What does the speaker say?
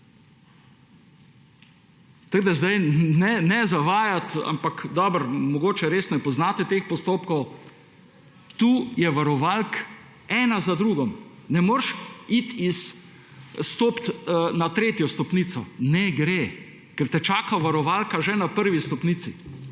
ne zavajati, ampak dobro, mogoče res ne poznate teh postopkov. Tu so varovalke ena za drugo. Ne moreš stopiti na tretjo stopnico. Ne gre, ker te čaka varovalka že na prvi stopnici.